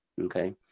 okay